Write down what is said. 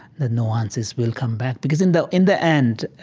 the nuances will come back because, in the in the end,